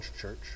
church